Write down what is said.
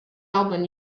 album